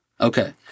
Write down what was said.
Okay